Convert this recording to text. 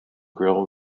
grill